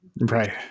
Right